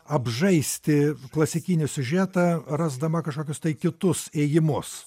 apžaisti klasikinį siužetą rasdama kažkokius kitus ėjimus